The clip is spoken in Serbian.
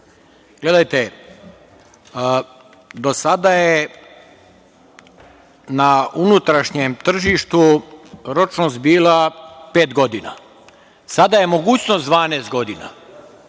Gledajte, do sada je na unutrašnjem tržištu ročnost bila pet godina, a sada je mogućnost 12 godina,